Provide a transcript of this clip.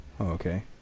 okay